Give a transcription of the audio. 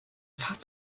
fast